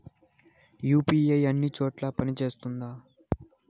UPI అన్ని చోట్ల పని సేస్తుందా?